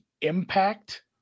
impact